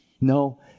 No